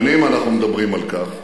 שנים אנחנו מדברים על כך,